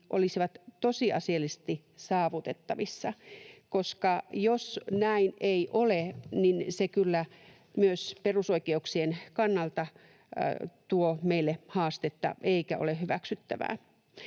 olisivat tosiasiallisesti saavutettavissa”. Jos näin ei ole, niin se kyllä myös perusoikeuksien kannalta tuo meille haastetta eikä ole hyväksyttävää.